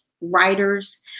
writers